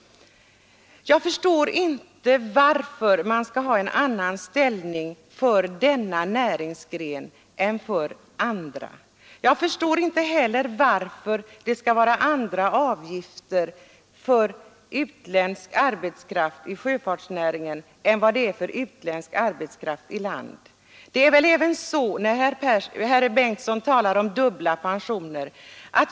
Jag förstår inte varför denna näringsgren skall ha en särställning i förhållande till andra. Jag förstår inte heller varför det skall vara andra avgifter för utländsk arbetskraft i sjöfartsnäringen än för utländsk i land. Det är väl även så när herr Bengtson talar om dubbla pensioner.